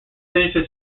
finished